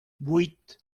vuit